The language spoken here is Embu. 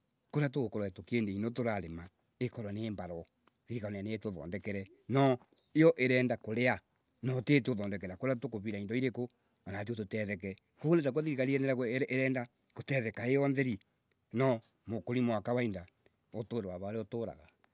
Kuria tugukorwa tukiendia ino turarima, ikorwe ni mbarothirikari ituthondekere, no yo irenda kuria no tiituthondekera kuria tukuvira ind iriku Anatuetutetheke. Koguo nitakwo thirikari irenda irenda kutetheka iyo theri no mukulima. wa kawaida we uture wavaria uturuga.